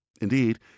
Indeed